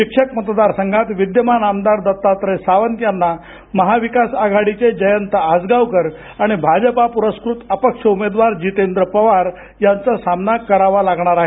शिक्षक मतदार संघात विद्यमान आमदार दत्तात्रय सावंत यांना महाविकास आघाडीचे जयंत आसगावकर आणि भाजप प्रस्कृत अपक्ष उमेदवार जितेंद्र पवार यांचा सामना करावा लागणार आहे